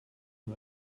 nur